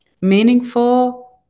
meaningful